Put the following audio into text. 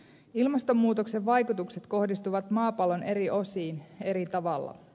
ilmastonmuutoksen vaikutukset kohdistuvat maapallon eri osiin eri tavalla